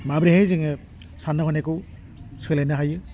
माबोरैहाय जोङो सान्नाय हनायखौ सोलायनो हायो